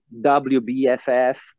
WBFF